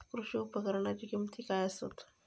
कृषी उपकरणाची किमती काय आसत?